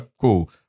cool